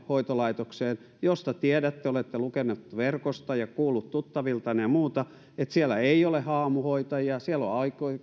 hoitolaitokseen josta tiedätte olette lukenut verkosta ja kuullut tuttaviltanne ja muuta että siellä ei ole haamuhoitajia siellä on